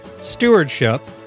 stewardship